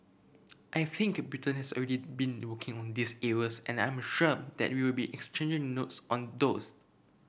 I think Britain has already been working on these areas and I'm sure that we'll be exchanging notes on those